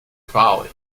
folly